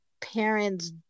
parents